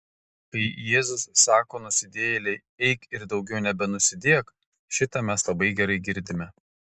kai jėzus sako nusidėjėlei eik ir daugiau nebenusidėk šitą mes labai gerai girdime